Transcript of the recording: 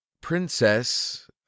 princess